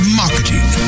marketing